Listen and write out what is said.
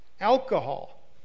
alcohol